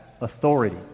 authority